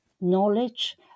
knowledge